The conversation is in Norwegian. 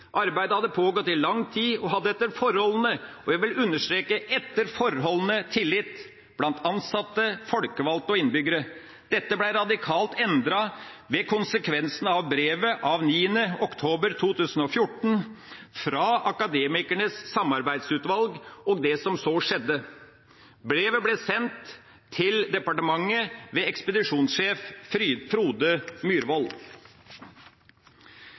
Arbeidet hadde pågått i lang tid og hadde etter forholdene – og jeg vil understreke: etter forholdene – tillit blant ansatte, folkevalgte og innbyggere. Dette ble radikalt endret ved konsekvensene av brevet av 9. oktober 2014 fra Akademikernes samarbeidsutvalg og det som så skjedde. Brevet ble sendt til departementet ved ekspedisjonssjef Frode